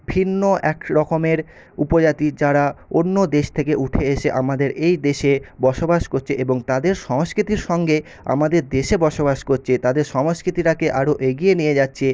ভিন্ন এক রকমের উপজাতি যারা অন্য দেশ থেকে উঠে এসে আমাদের এই দেশে বসবাস করছে এবং তাদের সংস্কৃতির সঙ্গে আমাদের দেশে বসবাস করছে তাদের সংস্কৃতিটাকে আরও এগিয়ে নিয়ে যাচ্ছে